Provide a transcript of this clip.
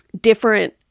different